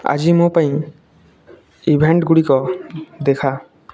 ଆଜି ମୋ ପାଇଁ ଇଭେଣ୍ଟଗୁଡ଼ିକ ଦେଖା